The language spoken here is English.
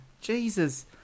Jesus